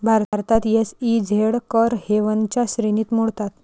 भारतात एस.ई.झेड कर हेवनच्या श्रेणीत मोडतात